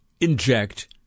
inject